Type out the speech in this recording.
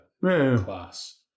class